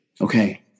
Okay